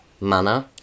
manner